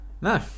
no